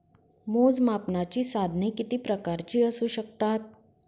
मोजमापनाची साधने किती प्रकारची असू शकतात?